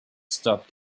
stopped